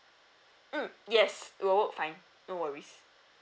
mm yes you'll be able to find no worries